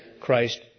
Christ